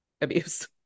abuse